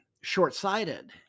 short-sighted